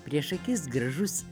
prieš akis gražus